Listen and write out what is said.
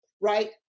right